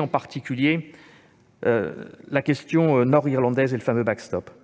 en particulier la question nord-irlandaise et le fameux. D'entrée,